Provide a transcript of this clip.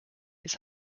its